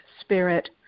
spirit